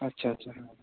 আচ্ছা আচ্ছা